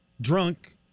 Drunk